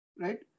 right